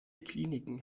kliniken